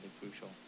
crucial